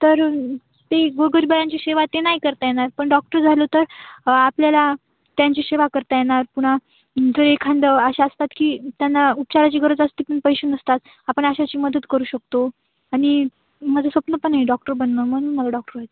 तर ते गोरगरिबांची सेवा ते नाही करता येणार पण डॉक्टर झालं तर आपल्याला त्यांची सेवा करता येणार पुन्हा जर एखादं असे असतात की त्यांना उपचाराची गरज असते पण पैसे नसतात आपण अशाची मदत करू शकतो आणि माझं स्वप्न पण आहे डॉक्टर बनणं म्हणून मला डॉक्टर व्हायचं आहे